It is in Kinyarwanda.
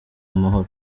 amahoro